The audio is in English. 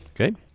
Okay